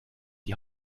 die